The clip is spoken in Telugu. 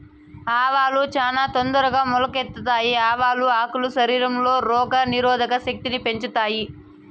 ఆవాలు చానా తొందరగా మొలకెత్తుతాయి, ఆవాల ఆకులు శరీరంలో రోగ నిరోధక శక్తిని పెంచుతాయి